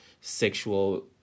sexual